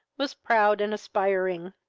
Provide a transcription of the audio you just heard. was proud and aspiring.